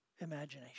imagination